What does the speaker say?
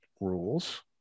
rules